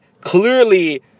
clearly